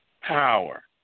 Power